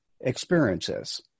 experiences